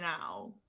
now